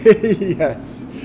yes